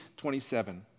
27